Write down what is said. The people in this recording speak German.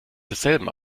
desselben